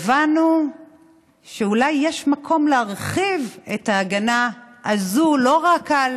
הבנו שאולי יש מקום להרחיב את ההגנה הזו, לא רק על